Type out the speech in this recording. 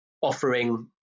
offering